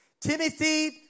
Timothy